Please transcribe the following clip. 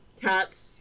cats